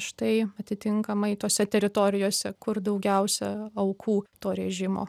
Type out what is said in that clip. štai atitinkamai tose teritorijose kur daugiausia aukų to rėžimo